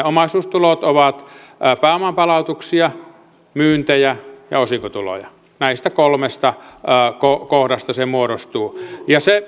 omaisuustulot ovat pääoman palautuksia myyntejä ja osinkotuloja näistä kolmesta kohdasta se muodostuu